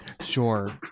Sure